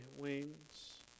wings